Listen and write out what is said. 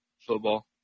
Football